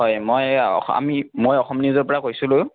হয় মই আমি মই অসম নিউজৰ পৰা কৈছিলোঁ